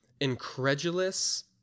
incredulous